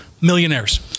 millionaires